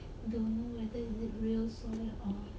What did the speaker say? don't know whether real soon